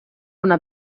una